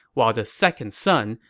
while the second son,